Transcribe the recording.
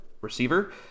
receiver